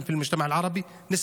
בפועל מספר ההרוגים בחברה הערבית דומה